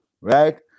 right